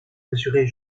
mesurer